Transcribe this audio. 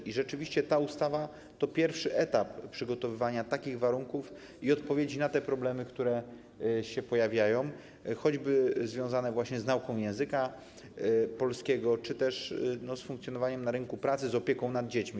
I rzeczywiście ta ustawa to pierwszy etap przygotowywania takich warunków i odpowiedzi na problemy, które się pojawiają, choćby związane właśnie z nauką języka polskiego czy też z funkcjonowaniem na rynku pracy, z opieką nad dziećmi.